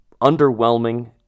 underwhelming